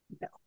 No